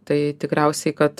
tai tikriausiai kad